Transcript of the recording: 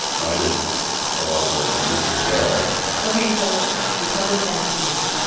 and i did a lot of work on this as well ok. so you published den of thieves,